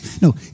No